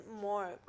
more